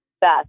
best